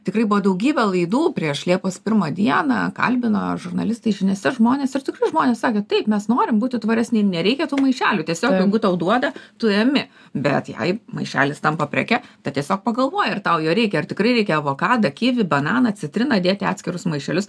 tikrai buvo daugybė laidų prieš liepos pirmą dieną kalbino žurnalistai žiniose žmonės ir tikrai žmonės sakė taip mes norim būti tvaresni ir nereikia tų maišelių tiesiog jeigu tau duoda tu emi bet jei maišelis tampa preke ta tiesiog pagalvoji ar tau jo reikia ar tikrai reikia avokadą kivi bananą citriną dėti į atskirus maišelius